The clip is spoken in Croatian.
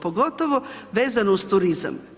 Pogotovo vezano uz turizam.